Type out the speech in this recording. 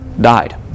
died